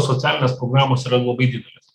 socialinės programos yra labai didelės